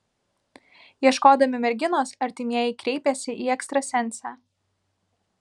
ieškodami merginos artimieji kreipėsi į ekstrasensę